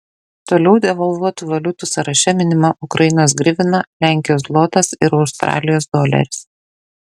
toliau devalvuotų valiutų sąraše minima ukrainos grivina lenkijos zlotas ir australijos doleris